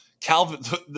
Calvin